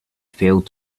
failed